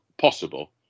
possible